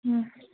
ꯎꯝ